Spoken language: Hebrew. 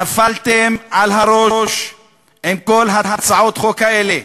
נפלתם על הראש עם כל הצעות החוק האלה.